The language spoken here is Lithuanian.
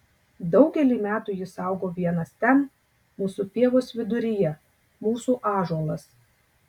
daugelį metų jis augo vienas ten mūsų pievos viduryje mūsų ąžuolas